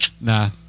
Nah